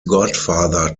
godfather